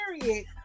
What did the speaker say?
period